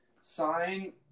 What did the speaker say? sign